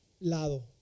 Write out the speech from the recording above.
lado